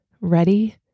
ready